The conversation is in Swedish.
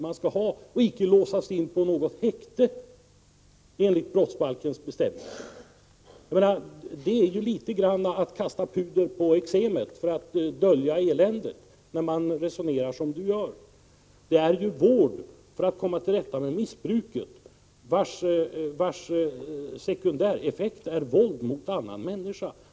Han skall icke låsas in i häkte enligt brottsbalkens bestämmelser. Det är litet grand som att kasta puder på eksemet för att dölja eländet, när man resonerar som Evert Svensson gör. Det är här fråga om vård för att komma till rätta med missbruket — vars sekundäreffekter är våld mot annan människa.